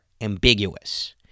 ambiguous